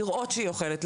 לראות שהיא אוכלת,